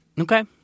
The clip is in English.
Okay